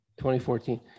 2014